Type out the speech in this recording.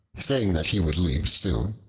saying that he would leave soon.